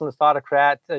autocrat